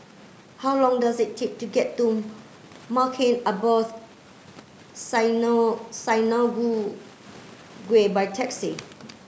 how long does it take to get to Maghain Aboth Synagogue by taxi